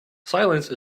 silence